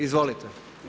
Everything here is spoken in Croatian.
Izvolite.